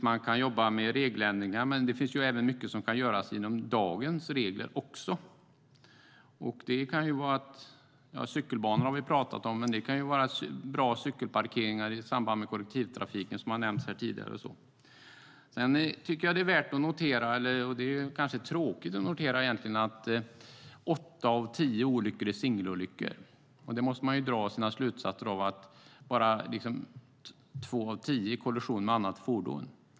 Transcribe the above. Man kan jobba med regeländringar, men det finns mycket som kan göras även inom ramen för dagens regler. Cykelbanor har vi pratat om, men det kan också vara bra cykelparkeringar i anslutning till kollektivtrafik, som har nämnts här tidigare. Jag tycker att det är värt att notera - eller egentligen tråkigt att notera - att åtta av tio cykelolyckor är singelolyckor. Man måste dra sina slutsatser av att bara två av tio är kollision med annat fordon.